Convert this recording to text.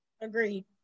Agreed